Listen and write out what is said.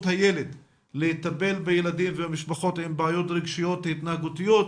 הילד לטפל בילדים ובמשפחות עם בעיות רגשיות התנהגותיות,